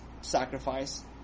sacrifice